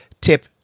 tip